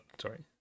sorry